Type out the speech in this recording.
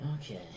Okay